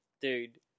dude